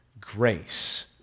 Grace